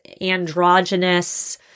androgynous